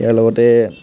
ইয়াৰ লগতে